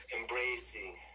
embracing